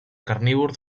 carnívor